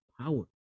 power